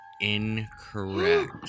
incorrect